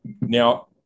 Now